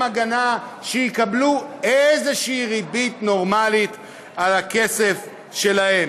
הגנה שיקבלו איזו ריבית נורמלית על הכסף שלהם.